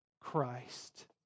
Christ